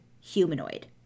humanoid